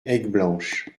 aigueblanche